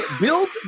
build